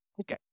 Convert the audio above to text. Okay